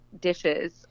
dishes